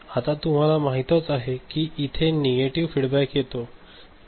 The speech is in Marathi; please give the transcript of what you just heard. आता तुम्हाला माहीतच आहे कि इथे नेगेटिव्ह फीडबॅक येतो